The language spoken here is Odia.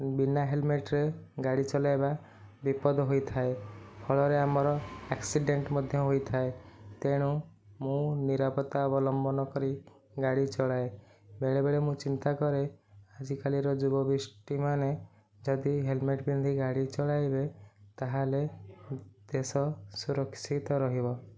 ବିନା ହେଲ୍ମେଟରେ ଗାଡ଼ି ଚଲେଇବା ବିପଦ ହୋଇଥାଏ ଫଳରେ ଆମର ଆକ୍ସିଡ଼େଣ୍ଟ ମଧ୍ୟ ହୋଇଥାଏ ତେଣୁ ମୁ ନିରାପତ୍ତା ଅବଲମ୍ବନ କରି ଗାଡ଼ି ଚଳାଏ ବେଳେବେଳେ ମୁଁ ଚିନ୍ତା କରେ ଆଜିକାଲିର ଯୁବ ଗୋଷ୍ଠୀ ମାନେ ଯଦି ହେଲ୍ମେଟ ପିନ୍ଧି ଗାଡ଼ି ଚଳାଇବେ ତାହେଲେ ଦେଶ ସୁରକ୍ଷିତ ରହିବ